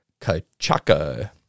kachaka